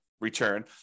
return